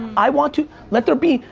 i want to, let there be.